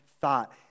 thought